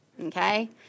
Okay